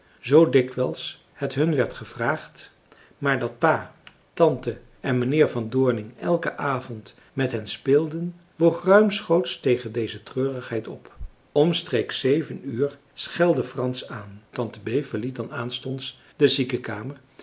zoo dikwijls het hun werd gevraagd maar dat pa tante en mijnheer van doorning elken avond met hen speelden woog ruimschoots tegen deze treurigheid op omstreeks zeven uur schelde frans aan tante bee verliet dan aanstonds de